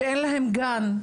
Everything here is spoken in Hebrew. שאין להם גן.